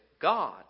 God